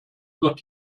wird